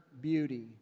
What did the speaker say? beauty